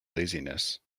laziness